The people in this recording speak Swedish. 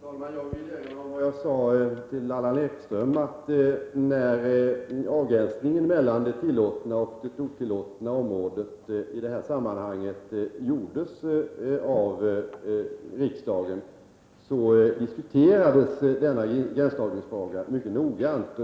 Herr talman! Jag vill erinra om vad jag sade till Allan Ekström, att när avgränsningen mellan det tillåtna och det otillåtna området i det här sammanhanget gjordes av riksdagen, diskuterades denna gränsdragningsfråga mycket noggrant.